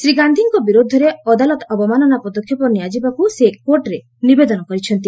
ଶ୍ରୀ ଗାନ୍ଧୀଙ୍କ ବିରୁଦ୍ଧରେ ଅଦାଲତ ଅବମାନନା ପଦକ୍ଷେପ ନିଆଯିବାକୁ ସେ କୋର୍ଟରେ ନିବେଦନ କରିଛନ୍ତି